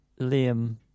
Liam